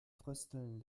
frösteln